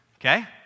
okay